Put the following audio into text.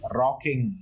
rocking